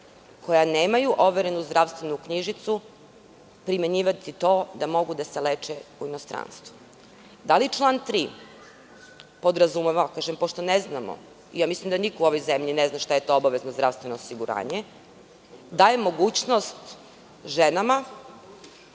koja nemaju overenu zdravstvenu knjižicu primenjivati to da mogu da se leče u inostranstvu? Da li član 3. podrazumeva, pošto ne znamo, ja mislim da niko u ovoj zemlji ne zna šta je to obavezno zdravstveno osiguranje, daje mogućnost ženama,